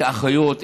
את האחיות,